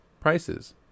prices